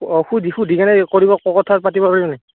অ সুধি সুধিকেনে কৰিব কথা পাতিব পাৰিমনি